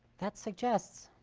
that suggests